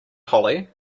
hollie